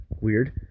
weird